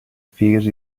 figues